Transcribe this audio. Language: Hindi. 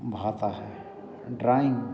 भाता है ड्राइंग